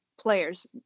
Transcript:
players